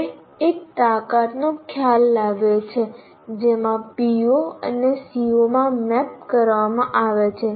આપણે એક તાકાતનો ખ્યાલ લાવીએ છીએ જેમાં PO ને CO માં મેપ કરવામાં આવે છે